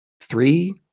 Three